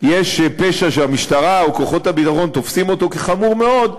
יש פשע שהמשטרה או כוחות הביטחון תופסים אותו כחמור מאוד,